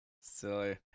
Silly